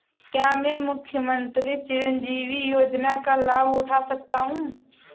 क्या मैं मुख्यमंत्री चिरंजीवी योजना का लाभ उठा सकता हूं?